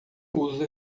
uso